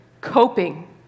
coping